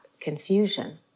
confusion